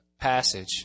passage